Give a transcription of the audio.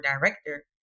Director